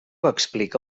explica